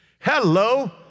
Hello